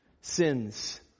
sins